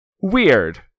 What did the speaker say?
Weird